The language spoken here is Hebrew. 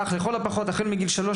אך לכל הפחות מגיל שלוש,